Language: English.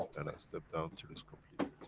and, i step down till it's completed.